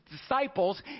disciples